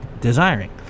desiring